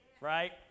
right